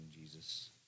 Jesus